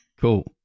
Cool